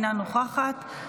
אינה נוכחת,